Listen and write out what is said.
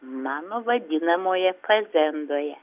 mano vadinamoje fazendoje